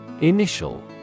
Initial